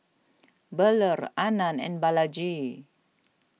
Bellur Anand and Balaji